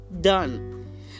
done